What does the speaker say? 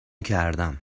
کردم